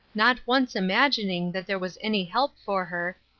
not once imagining that there was any help for her,